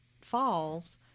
falls